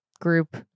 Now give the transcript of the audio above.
group